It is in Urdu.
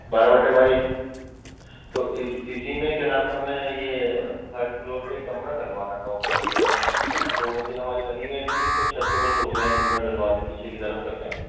بارہ بٹے بائیس تو اسی اسی میں کیا نام ہے ہمیں یہ تھرڈ فلور پہ ایک کمرہ ڈلوانا تھا اوپر ابھی تو دو منزل ہماری بنی ہوئی ہے ٹھیک ہے اس کے چھت اوپر سوچ رہے ہیں کمرہ ڈلوا دیں پیچھے کی طرف کر کے